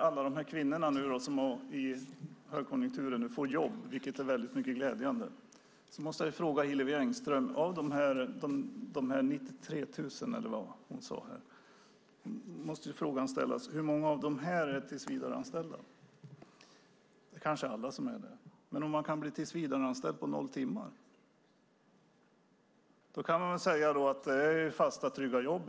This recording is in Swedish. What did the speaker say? alla de här kvinnorna, som i högkonjunkturen nu får jobb, vilket är väldigt glädjande! Jag måste fråga Hillevi Engström om de här 93 000, eller vad det var hon sade: Hur många av de här är tillsvidareanställda? Det kanske är alla som är det. Men kan man bli tillsvidareanställd på noll timmar? Då kan man väl säga att det är fasta och trygga jobb?